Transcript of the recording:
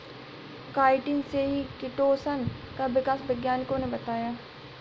chitin से ही chitosan का विकास वैज्ञानिकों ने बताया है